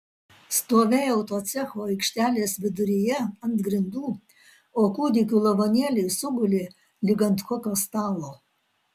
stovėjau to cecho aikštelės viduryje ant grindų o kūdikių lavonėliai sugulė lyg ant kokio stalo